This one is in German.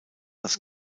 das